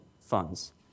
funds